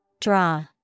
Draw